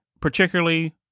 particularly